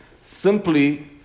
simply